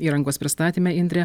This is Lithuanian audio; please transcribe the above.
įrangos pristatyme indre